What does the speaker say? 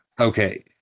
Okay